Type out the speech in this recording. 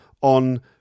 on